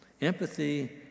Empathy